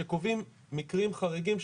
שקובעים מקרים חריגים,